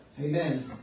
Amen